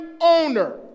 owner